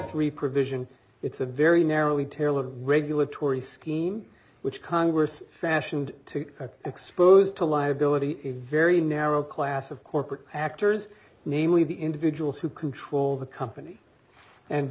three provision it's a very narrowly tailored regulatory scheme which congress fashioned to expose to liability a very narrow class of corporate actors namely the individuals who control the company and